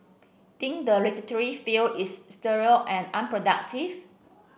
think the literary field is sterile and unproductive